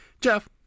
Jeff